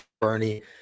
Bernie